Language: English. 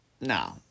No